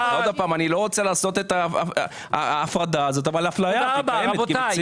אני לא רוצה לעשות את ההפרדה הזאת אבל האפליה קיימת במציאות.